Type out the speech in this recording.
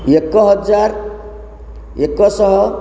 ଏକ ହଜାର ଏକଶହ